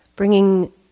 bringing